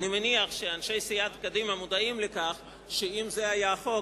אני מניח שאנשי סיעת קדימה מודעים לכך שאם זה היה החוק,